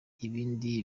ibindi